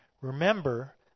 remember